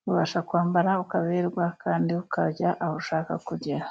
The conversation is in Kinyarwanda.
ukabasha kwambara ,ukaberwa kandi ukajya aho ushaka kugera.